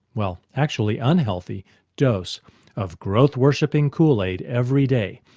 well actually unhealthy dose of growth worshipping kool aid every day,